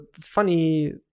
funny